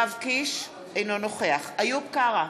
אינו נוכח איוב קרא,